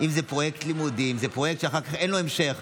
אז בואי אני אסביר.